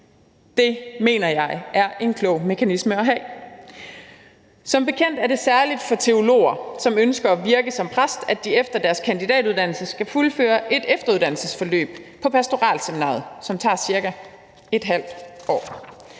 Det mener jeg er en klog mekanisme at have. Som bekendt er det særligt for teologer, som ønsker at virke som præst, at de efter deres kandidatuddannelse skal fuldføre et efteruddannesforløb på pastoralseminariet, som tager cirka et halvt år.